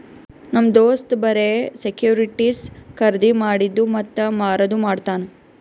ನಮ್ ದೋಸ್ತ್ ಬರೆ ಸೆಕ್ಯೂರಿಟಿಸ್ ಖರ್ದಿ ಮಾಡಿದ್ದು ಮತ್ತ ಮಾರದು ಮಾಡ್ತಾನ್